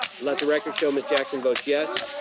let the record show miss jackson votes yes.